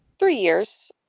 three years.